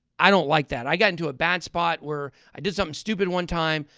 i don't like that. i got into a bad spot where i did something stupid one time.